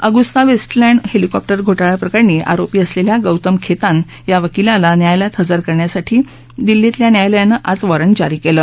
Agusta Westland helicopter घोटाळा प्रकरणी आरोपी असलेल्या गौतम खेतान या वकीलाला न्यायालयात हजर करण्यासाठी दिल्लीतल्या न्यायालयानं आज वॉरंट जारी केलं